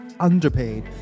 underpaid